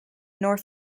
north